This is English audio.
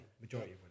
majority